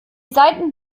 seiten